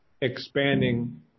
expanding